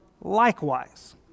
likewise